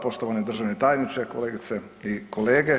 Poštovani državni tajniče, kolegice i kolege.